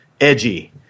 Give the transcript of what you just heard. edgy